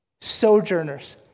sojourners